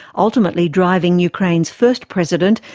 ultimately driving ukraine's first president,